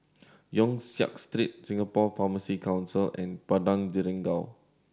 Yong Siak Street Singapore Pharmacy Council and Padang Jeringau